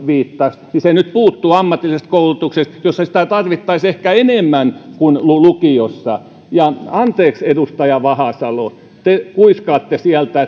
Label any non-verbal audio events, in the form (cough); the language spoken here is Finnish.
viittasi nyt puuttuu ammatillisesta koulutuksesta jossa sitä tarvittaisiin ehkä enemmän kuin lukiossa ja anteeksi edustaja vahasalo te kuiskaatte sieltä (unintelligible)